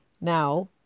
Now